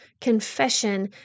confession